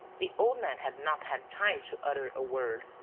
the old man had not had time to utter a word.